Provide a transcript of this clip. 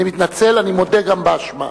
אני מודה גם באשמה,